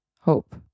hope